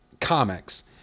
comics